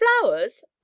flowers